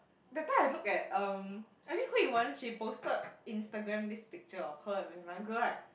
that time I look at um I think Hui Wen she posted Instagram this picture of her with another girl right